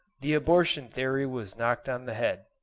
the abortion-theory was knocked on the head.